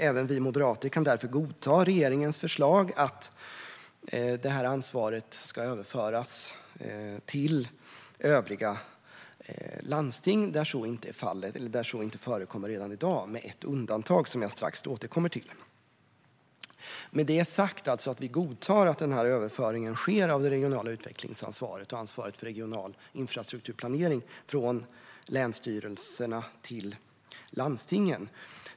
Även vi moderater kan därför godta regeringens förslag att ansvaret ska överföras till landsting, där det inte är så redan i dag, med ett undantag som jag strax återkommer till. Vi godtar alltså att denna överföring sker av det regionala utvecklingsansvaret och ansvaret för regional infrastrukturplanering från länsstyrelserna till landstingen.